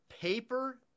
paper